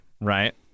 Right